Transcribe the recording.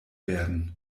werden